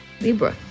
Libra